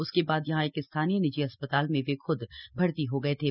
उसके बाद यहां एक स्थानीय निजी अस्पताल में वे ख्द भर्ती हुए थे